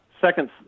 second